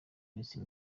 minsi